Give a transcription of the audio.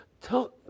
Tell